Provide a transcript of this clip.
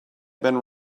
been